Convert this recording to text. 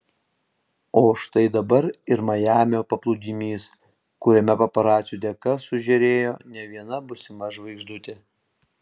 o štai dabar ir majamio paplūdimys kuriame paparacių dėka sužėrėjo ne viena būsima žvaigždutė